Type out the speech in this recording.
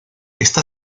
está